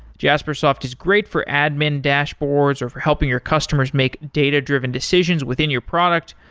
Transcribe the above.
jaspersoft is great for admin dashboards or for helping your customers make data-driven decisions within your product,